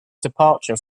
departure